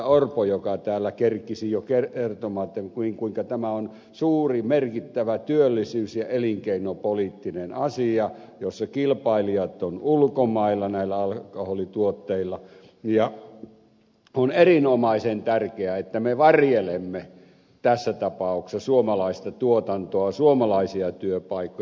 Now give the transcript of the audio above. orpo joka täällä kerkisi jo kertomaan kuinka tämä on suuri merkittävä työllisyys ja elinkeinopoliittinen asia jossa kilpailijat ovat ulkomailla näillä alkoholituotteilla ja on erinomaisen tärkeää että me varjelemme tässä tapauksessa suomalaista tuotantoa suomalaisia työpaikkoja